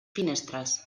finestres